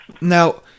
Now